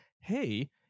hey